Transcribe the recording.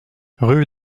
rue